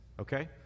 okay